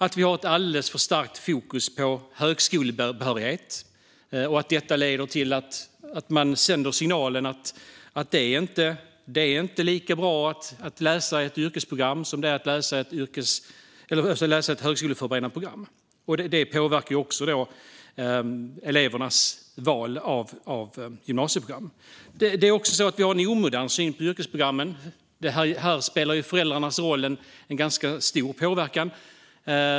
Vi har också ett alldeles för starkt fokus på högskolebehörighet, vilket leder till att man sänder signalen att det inte är lika bra att läsa ett yrkesprogram som att läsa ett högskoleförberedande program. Detta påverkar elevernas val av gymnasieprogram. Vi har en omodern syn på yrkesprogrammen. Här har föräldrarnas roll en ganska stor påverkan.